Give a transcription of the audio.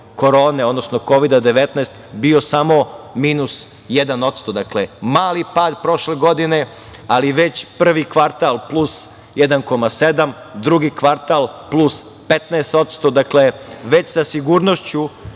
korone, odnosno Kovida-19, bio samo minus 1%. Dakle, mali pad prošle godine, ali već prvi kvartal plus 1,7, drugi kvartal plus 15%. Dakle, već sa sigurnošću,